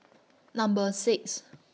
Number six